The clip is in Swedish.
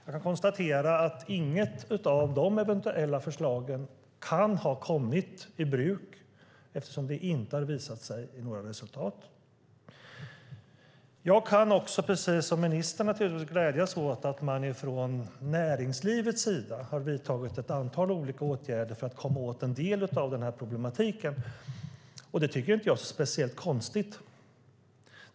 Jag kan konstatera att inget av de eventuella förslagen kan ha kommit i bruk, eftersom det inte har visats några resultat. Jag kan också, precis som ministern, glädja mig åt att näringslivet har vidtagit ett antal olika åtgärder för att komma åt en del av problemen. Det är inte så speciellt konstigt.